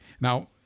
Now